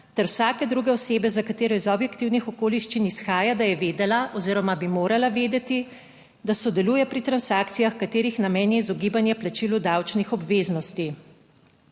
ter vsake druge osebe, za katero iz objektivnih okoliščin izhaja, da je vedela oziroma bi morala vedeti, da sodeluje pri transakcijah, katerih namen je izogibanje plačilu davčnih obveznosti.